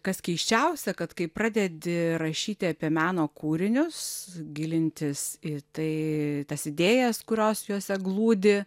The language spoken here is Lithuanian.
kas keisčiausia kad kai pradedi rašyti apie meno kūrinius gilintis į tai tas idėjas kurios juose glūdi